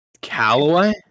Callaway